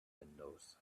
windows